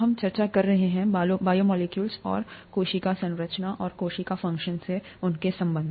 हम चर्चा कर रहे हैं बायोमोलेक्यूलस और कोशिका संरचना और कोशिका फ़ंक्शन से उनके संबंध